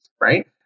right